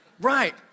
Right